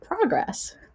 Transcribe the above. progress